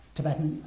Tibetan